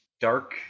dark